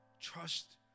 Trust